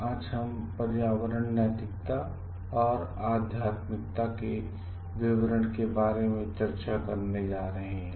आज हम पर्यावरण नैतिकता और आध्यात्मिकता के विवरण के बारे में चर्चा करने जा रहे हैं